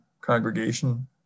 congregation